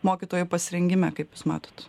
mokytojų pasirengime kaip jūs matot